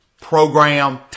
program